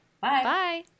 Bye